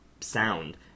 sound